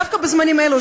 דווקא בזמנים אלו,